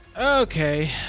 Okay